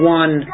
one